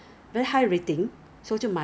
my 妈妈要买鞋子 ah